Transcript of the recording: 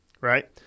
right